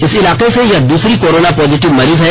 इस इलाके से यह दूसरी कोरोना पॉजिटिव मरीज है